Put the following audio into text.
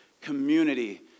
community